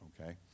okay